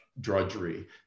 drudgery